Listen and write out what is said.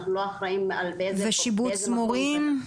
אנחנו לא אחראים באיזה --- ושיבוץ מורים?